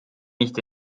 nicht